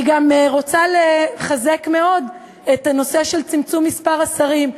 אני גם רוצה לחזק מאוד את הנושא של צמצום מספר השרים.